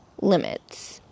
limits